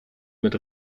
mit